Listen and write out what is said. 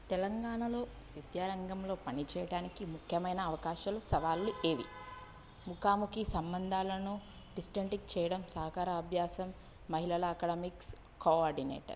తెలంగాణలో విద్యారంగంలో పనిచేయటానికి ముఖ్యమైన అవకాశాలు సవాళ్ళు ఏవి ముఖాముఖి సంబంధాలను డిస్టెంట్ చేయడం సహకార అభ్యాసం మహిళల అకడమిక్స్ కోఆర్డినేటర్